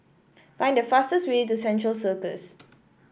find the fastest way to Central Circus